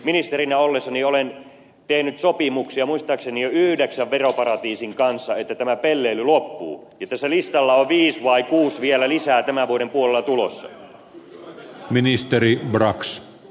ministerinä ollessani olen tehnyt sopimuksia muistaakseni jo yhdeksän veroparatiisin kanssa että tämä pelleily loppuu ja tässä listalla on viisi tai kuusi vielä lisää tämän vuoden puolella tulossa